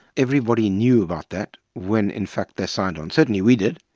everybody knew about that when in fact they signed on. certainly we did.